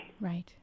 right